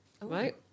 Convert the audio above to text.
right